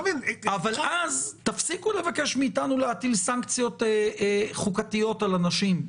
אבל אז תפסיקו לבקש מאתנו להטיל סנקציות חוקתיות על אנשים,